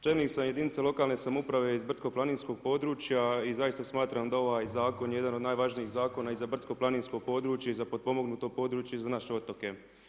Čelnik sam jedinice lokalne samouprave iz Brdsko-planinskog područja i zaista smatram da ovaj zakon jedan od najvažnijih zakona i za brdsko-planinsko područje i za potpomognuto područje i za naše otoke.